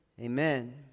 Amen